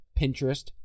pinterest